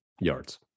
yards